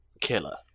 killer